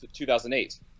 2008